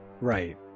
Right